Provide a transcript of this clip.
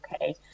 okay